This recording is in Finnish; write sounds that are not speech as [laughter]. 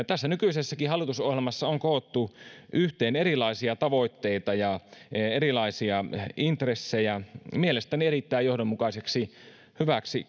[unintelligible] tässä nykyisessäkin hallitusohjelmassa on koottu yhteen erilaisia tavoitteita ja erilaisia intressejä mielestäni erittäin johdonmukaiseksi hyväksi [unintelligible]